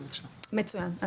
מצוין.